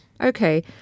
Okay